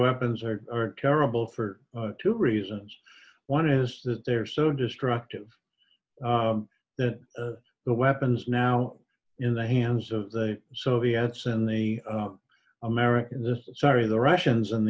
weapons are are terrible for two reasons one is that they're so destructive that the weapons now in the hands of the soviets and the american this sorry the russians and